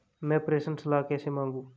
मैं प्रेषण सलाह कैसे मांगूं?